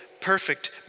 perfect